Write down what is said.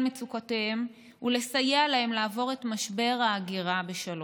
מצוקותיהם ולסייע להם לעבור את משבר ההגירה בשלום.